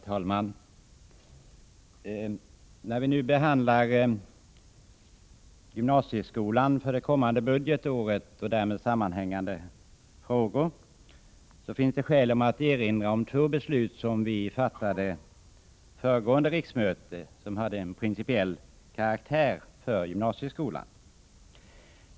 Herr talman! När vi nu behandlar anslaget till gymnasieskolan för det kommande budgetåret och därmed sammanhängande frågor finns det skäl att erinra om två beslut av principiell karaktär rörande gymnasieskolan som riksdagen fattade under föregående riksmöte.